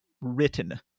written